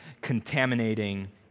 contaminating